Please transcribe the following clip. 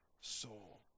soul